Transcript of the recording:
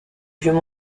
vieux